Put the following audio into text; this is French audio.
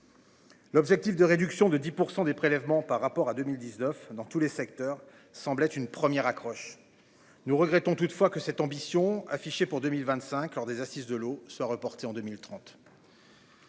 L'objectif de réduction de 10% des prélèvements par rapport à 2019 dans tous les secteurs semblait une première accroche. Nous regrettons toutefois que cette ambition affichée pour 2025 lors des Assises de l'eau se reporter en 2030.